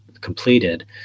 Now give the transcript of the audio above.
completed